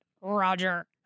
Roger